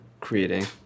creating